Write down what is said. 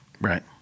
Right